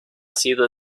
sido